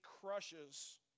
crushes